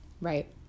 right